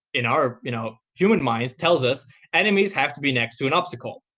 in our you know human mind, tells us enemies have to be next to an obstacle.